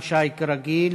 המרת עונש מאסר עולם),